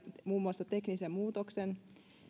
muun muassa teknisen muutoksen